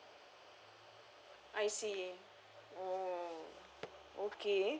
I see oh okay